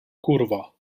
kurva